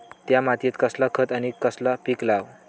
त्या मात्येत कसला खत आणि कसला पीक लाव?